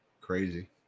Crazy